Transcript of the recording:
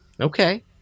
Okay